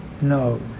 no